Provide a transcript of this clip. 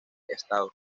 estado